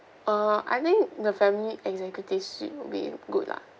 uh I think the family executive suite would be good lah